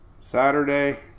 Saturday